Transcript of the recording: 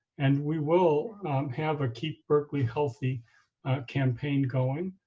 and we will have a keep berkeley healthy campaign going,